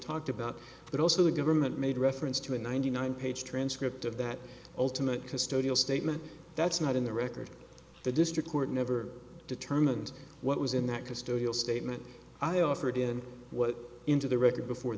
talked about but also the government made reference to a ninety nine page transcript of that ultimate custodial statement that's not in the record the district court never determined what was in that custodial statement i offered in what into the record before